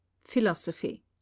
Philosophy